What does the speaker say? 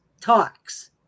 Talks